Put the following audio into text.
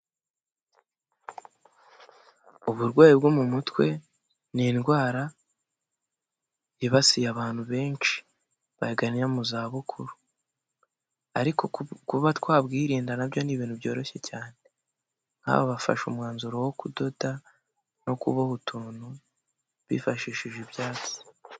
Uburwayi bwo mu mutwe ni indwara yibasiye abantu benshi bagana mu zabukuru. Ariko kuba twabwirinda nabyo ni ibintu byoroshye cyane. Nk'aba bafashe umwanzuro wo kudoda no kuboha utuntu bifashishije ibyatsi.